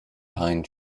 pine